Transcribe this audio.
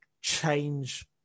change